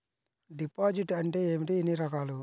Deposit అంటే ఏమిటీ ఎన్ని రకాలు?